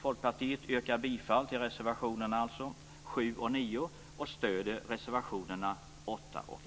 Folkpartiet yrkar alltså bifall till reservationerna nr 7 och 9 och stöder reservationerna nr